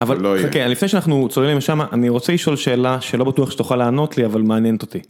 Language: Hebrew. אבל חכה לפני שאנחנו צוללים לשמה אני רוצה לשאול שאלה שלא בטוח שתוכל לענות לי אבל מעניינת אותי.